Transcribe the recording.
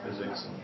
physics